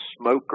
smoker